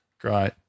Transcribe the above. Great